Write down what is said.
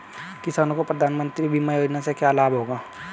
किसानों को प्रधानमंत्री बीमा योजना से क्या लाभ होगा?